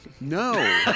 No